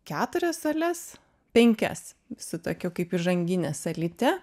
keturias sales penkias su tokiu kaip įžangine salyte